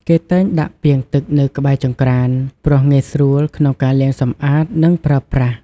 គេតែងដាក់ពាងទឹកនៅក្បែរចង្ក្រាន ព្រោះងាយស្រួលក្នុងការលាងសម្អាត និងប្រើប្រាស់។